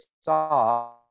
saw